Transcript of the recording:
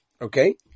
Okay